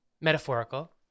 metaphorical